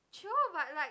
chio but like